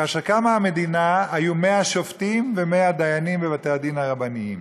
כאשר קמה המדינה היו 100 שופטים ו-100 דיינים בבתי הדין הרבניים,